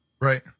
Right